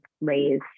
raise